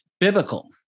biblical